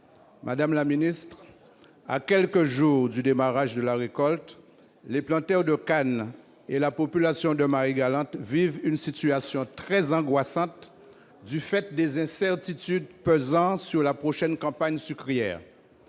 Madame la ministre, à quelques jours du démarrage de la récolte, les planteurs de canne et la population de Marie-Galante vivent une situation très angoissante du fait des incertitudes pesant sur la prochaine campagne sucrière.